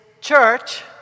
church